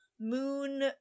moon